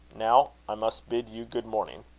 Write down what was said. now, i must bid you good morning.